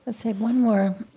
ah so one more